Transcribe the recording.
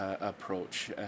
approach